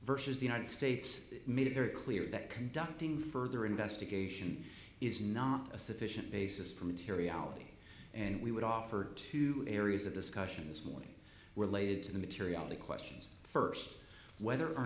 versus the united states military clear that conducting further investigation is not a sufficient basis for materiality and we would offer two areas of discussions warning related to the materiality questions first whether or